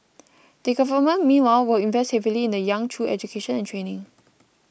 the Government meanwhile will invest heavily in the young through education and training